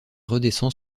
redescend